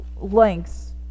lengths